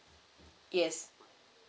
yes